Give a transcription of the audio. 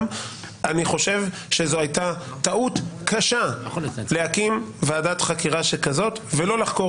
אני חושב שזאת הייתה טעות קשה להקים ועדת חקירה שכזאת ולא לחקור